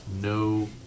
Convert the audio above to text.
no